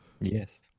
Yes